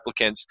replicants